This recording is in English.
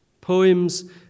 Poems